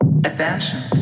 Attention